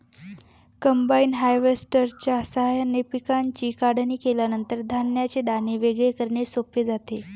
combine हार्वेस्टरच्या साहाय्याने पिकांची काढणी केल्यानंतर धान्याचे दाणे वेगळे करणे सोपे जाते